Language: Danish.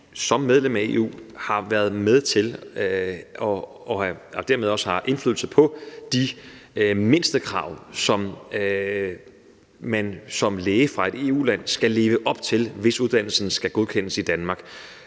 som medlemmer af EU har været med til og dermed også har haft indflydelse på de mindstekrav, som man som læge fra et EU-land skal leve op til, hvis uddannelsen skal godkendes i Danmark.